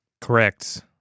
Correct